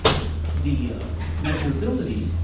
the measurability,